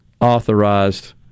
authorized